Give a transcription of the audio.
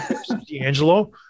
D'Angelo